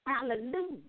Hallelujah